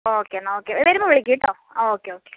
okay എന്നാൽ okay വരുമ്പോൾ വിളിക്ക് കേട്ടോ ആ ഓക്കെ ഓക്കെ